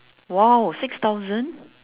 !wow! six thousand